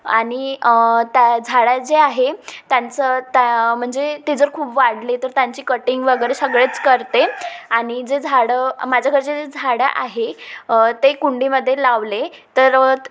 आणि त्या झाडं जे आहे त्यांचं त्या म्हणजे ते जर खूप वाढले तर त्यांची कटिंग वगैरे सगळेच करते आणि जे झाडं माझ्या घरचे जे झाडं आहे ते कुंडीमध्ये लावले तर